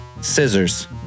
Scissors